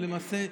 ולמעשה,